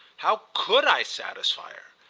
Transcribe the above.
how could i satisfy her?